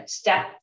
step